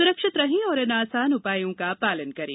सुरक्षित रहें और इन आसान उपायों का पालन करें